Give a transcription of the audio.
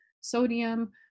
sodium